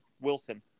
Wilson